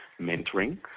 mentoring